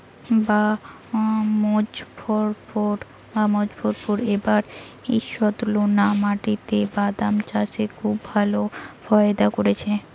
বাঃ মোজফ্ফর এবার ঈষৎলোনা মাটিতে বাদাম চাষে খুব ভালো ফায়দা করেছে